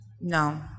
No